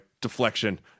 deflection